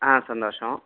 ஆ சந்தோஷம்